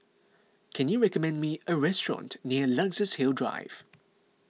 can you recommend me a restaurant near Luxus Hill Drive